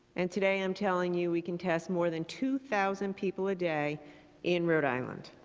and today i'm telling you, we can test more than two thousand people a day in rhode island.